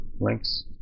links